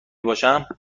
باشم